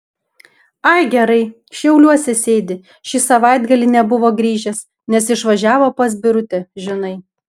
ai gerai šiauliuose sėdi šį savaitgalį nebuvo grįžęs nes išvažiavo pas birutę žinai